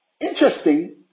Interesting